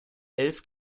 elf